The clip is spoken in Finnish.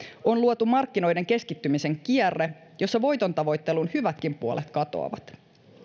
on luotu markkinoiden keskittymisen kierre jossa voitontavoittelun hyvätkin puolet katoavat